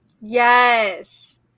Yes